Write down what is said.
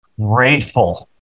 grateful